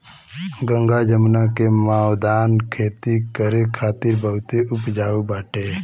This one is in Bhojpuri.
गंगा जमुना के मौदान खेती करे खातिर बहुते उपजाऊ बाटे